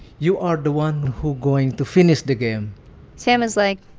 you are the one who going to finish the game sam is like,